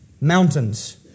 mountains